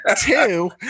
Two